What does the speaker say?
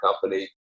Company